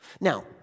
Now